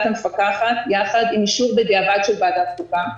המפקחת יחד עם אישור בדיעבד של ועדת חוקה.